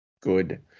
good